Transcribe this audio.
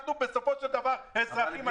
אנחנו אזרחים.